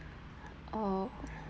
oh